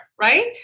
right